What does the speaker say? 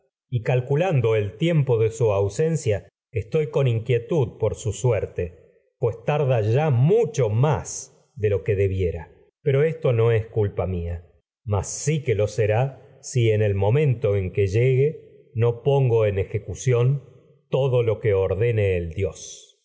y calculando el tud tiempo de su ausencia estoy con inquie por su suerte pues tarda ya esto no es mucho más de lo que si que debiera pero culpa mía mas lo será si en el momento que llegue no pongo en ejecución todo lo que ordene el dios